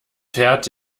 fährt